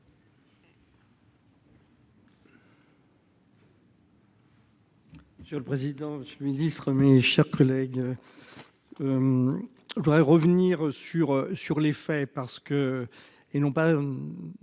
Monsieur le président, monsieur le ministre, mes chers collègues, je voudrais revenir sur les faits, parce